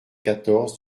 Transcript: quatorze